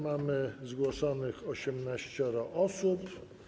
Mamy zgłoszonych 18 osób.